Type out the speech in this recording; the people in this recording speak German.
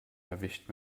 erwischt